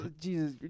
Jesus